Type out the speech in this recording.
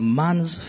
man's